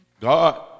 God